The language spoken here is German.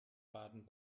baden